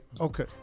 okay